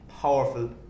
powerful